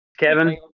Kevin